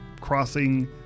crossing